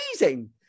amazing